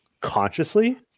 consciously